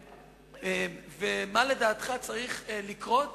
מה לדעתך צריך לקרות